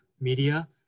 media